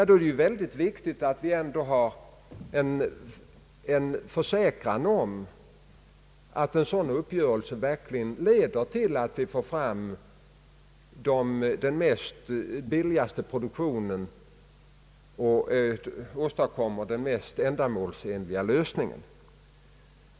Då är det mycket viktigt att vi kan vara säkra på att en sådan uppgörelse verkligen leder till billigaste möjliga produktion och att den mest ändamålsenliga lösningen åstadkommes.